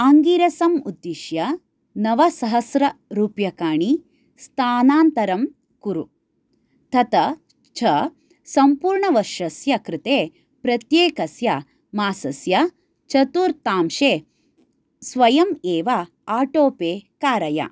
आङ्गिरसम् उद्दिश्य नवसहस्ररूप्यकाणि स्थानान्तरं कुरु तथा च सम्पूर्णवर्षस्य कृते प्रत्येकस्य मासस्य चतुर्थांशे स्वयम् एव आटो पे कारय